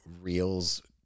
reels